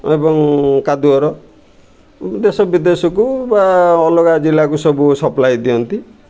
ଏବଂ କାଦୁଅର ଦେଶ ବିଦେଶକୁ ବା ଅଲଗା ଜିଲ୍ଲାକୁ ସବୁ ସପ୍ଲାଏ ଦିଅନ୍ତି